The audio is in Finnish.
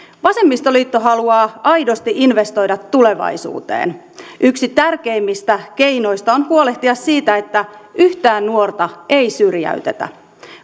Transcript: vasemmistoliitto haluaa aidosti investoida tulevaisuuteen yksi tärkeimmistä keinoista on huolehtia siitä että yhtään nuorta ei syrjäytetä